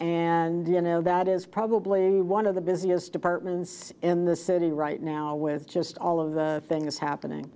and you know that is probably one of the busiest departments in the city right now with just all of the things happening